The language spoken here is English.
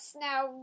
Now